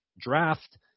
draft